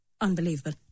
unbelievable